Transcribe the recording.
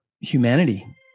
humanity